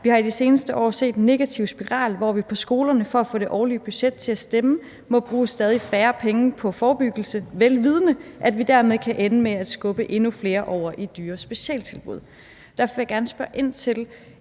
»Vi har i de seneste år set en negativ spiral, hvor vi på skolerne for at få det årlige budget til at stemme må bruge stadig færre penge på forebyggelse velvidende, at vi dermed kan ende med at skubbe endnu flere over i dyre specialtilbud.« Derfor vil jeg gerne spørge ind til,